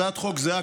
הצעת חוק זהה,